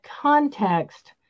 context